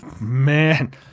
man